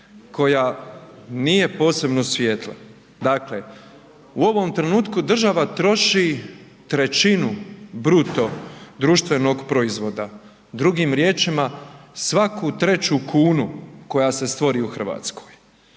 koja nije posebno svjetla. Dakle, u ovom trenutku država troši trećinu BDP-a. Drugim riječima svaku treću kunu koja se stvori u Hrvatskoj.